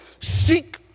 seek